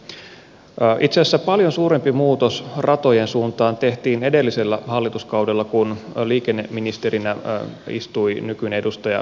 itse asiassa paljon suurempi muutos ratojen suuntaan tehtiin edellisellä hallituskaudella kun liikenneministerinä istui nykyinen edustaja vehviläinen